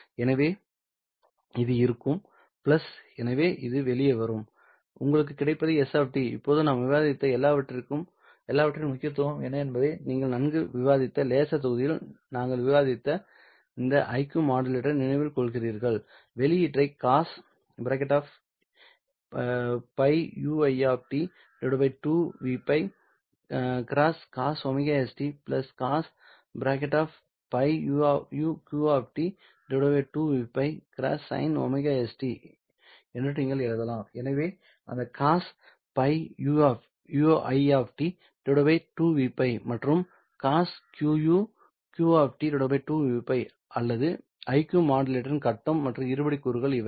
எனவே இது இருக்கும் எனவே இது வெளியே வரும் உங்களுக்கு கிடைப்பது s இப்போது நாம் விவாதித்த இந்த எல்லாவற்றின் முக்கியத்துவமும் என்ன என்பதை நீங்கள் நன்கு விவாதித்த லேசர் தொகுதியில் நாங்கள் விவாதித்த இந்த iq மாடுலேட்டரை நினைவில் கொள்கிறீர்கள்வெளியீட்டை cos πui 2Vπ x cos ωst cos πuq 2Vπ x sin ωs என்று நீங்கள் எழுதலாம் எனவே அந்த cos πui 2Vπ மற்றும் cos quq 2Vπ அல்லது iq மாடுலேட்டரின் கட்டம் மற்றும் இருபடி கூறுகள் இவை